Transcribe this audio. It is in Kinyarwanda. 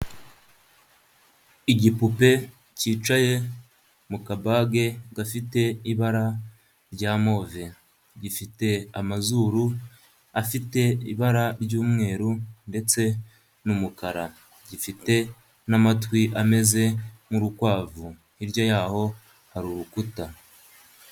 Igipupe cyicaye mu kabage gafite ibara rya move. Gifite amazuru afite ibara ry'umweru ndetse n'umukara. Gifite n'amatwi ameze nk'urukwavu. Hirya yaho hari urukuta.